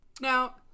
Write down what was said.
Now